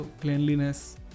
cleanliness